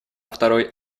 второй